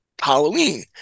Halloween